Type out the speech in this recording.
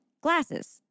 Glasses